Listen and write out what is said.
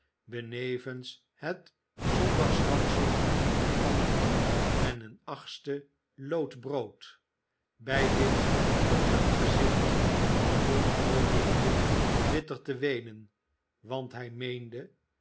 benevens het zondagsrantsoen van vier en een achtste lood brood bij dit geducht gezicht begon olivier bitter te weenen want hij meende